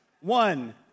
One